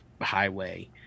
highway